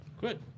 Good